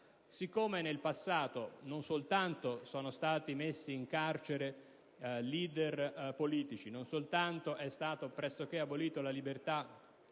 poiché in passato non soltanto sono stati messi in carcere leader politici, non soltanto è stata pressoché abolita la libertà